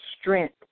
strength